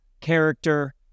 character